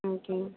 okay ma'am